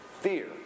fear